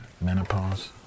Menopause